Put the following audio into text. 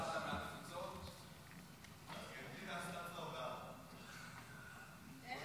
חוק זכויות הסטודנט (תיקון